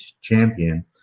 champion